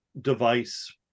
device